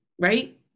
Right